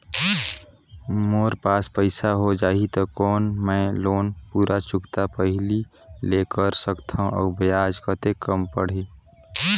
मोर पास पईसा हो जाही त कौन मैं लोन पूरा चुकता पहली ले कर सकथव अउ ब्याज कतेक कम पड़ही?